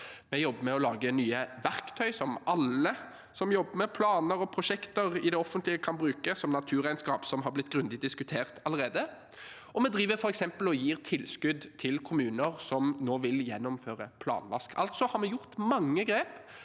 Vi jobber med å lage nye verktøy som alle som jobber med planer og prosjekter i det offentlige, kan bruke, slik som naturregnskap, som har blitt grundig diskutert allerede. Og vi driver f.eks. og gir tilskudd til kommuner som nå vil gjennomføre planvask. Altså har vi gjort mange grep